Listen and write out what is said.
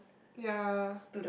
ya